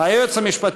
נשיאת בית-המשפט